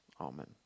Amen